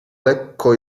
lekko